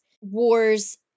wars